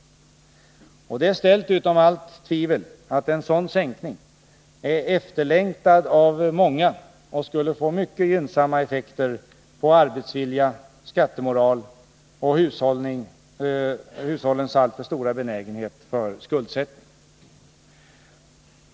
Det är ställt utom allt tvivel att en sådan sänkning är efterlängtad av många och skulle få mycket gynnsamma effekter på arbetsvilja, skattemoral och hushållens alltför stora benägenhet för skuldsättning.